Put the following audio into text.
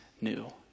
new